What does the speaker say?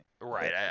Right